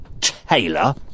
Taylor